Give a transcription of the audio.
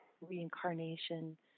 reincarnation